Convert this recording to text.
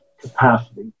capacity